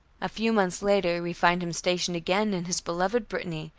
a few months later we find him stationed again in his beloved brittany,